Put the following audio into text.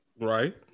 Right